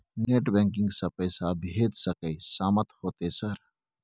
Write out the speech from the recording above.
Net banking से पैसा भेज सके सामत होते सर?